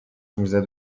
میزد